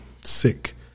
sick